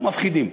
מפחידים.